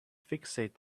fixate